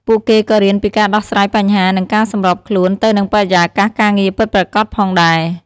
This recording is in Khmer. ពួកគេក៏រៀនពីការដោះស្រាយបញ្ហា និងការសម្របខ្លួនទៅនឹងបរិយាកាសការងារពិតប្រាកដផងដែរ។